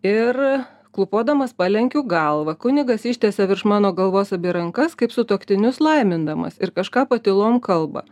ir klūpodamas palenkiu galvą kunigas ištiesia virš mano galvos abi rankas kaip sutuoktinius laimindamas ir kažką patylom kalba